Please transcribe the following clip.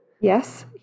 Yes